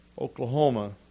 Oklahoma